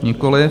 Nikoliv.